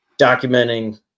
documenting